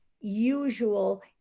usual